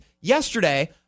Yesterday